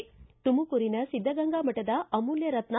ತುಮಕೂರಿನ ಸಿದ್ದಗಂಗಾ ಮಠದ ಅಮೂಲ್ಯ ರತ್ನ